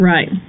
Right